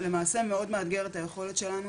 למעשה מאוד מאתגר את היכולת שלנו,